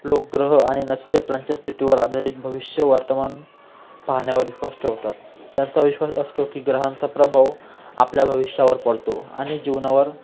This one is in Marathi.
लोक ग्रह आणि नक्षत्रांच्या स्थितीवर आधारित भविष्य वर्तमान पाहण्यावर विश्वास ठेवतात त्यांचा विश्वास असतो की ग्रहांचा प्रभाव आपल्या भविष्यावर पडतो आणि जीवनावर